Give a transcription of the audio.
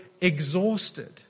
exhausted